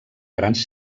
grans